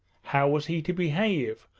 how was he to behave?